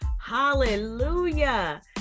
Hallelujah